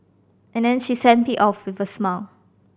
and then she sent me off with a smile